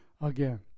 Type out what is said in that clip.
again